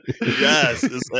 yes